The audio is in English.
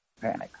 panic